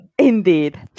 Indeed